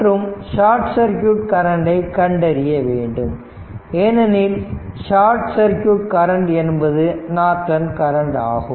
மற்றும் short circuit கரண்டை கண்டறிய வேண்டும் ஏனெனில் ஷார்ட் சர்க்யூட் கரண்ட் என்பது நார்டன் கரண்ட் ஆகும்